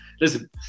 Listen